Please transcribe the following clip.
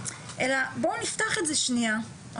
אלא בוא נפתח את זה שנייה,